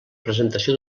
presentació